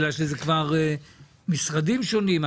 משום שזה כבר משרדים שונים,